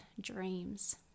dreams